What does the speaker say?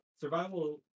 Survival